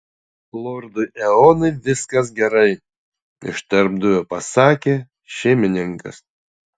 lordui eonui viskas gerai iš tarpdurio pasakė šeimininkas